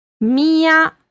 Mia